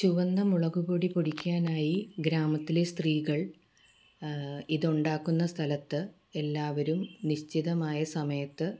ചുവന്ന മുളകുപൊടി പൊടിക്കാനായി ഗ്രാമത്തിലെ സ്ത്രീകൾ ഇതുണ്ടാക്കുന്ന സ്ഥലത്ത് എല്ലാവരും നിശ്ചിതമായ സമയത്ത്